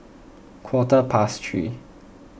quarter past three